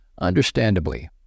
Understandably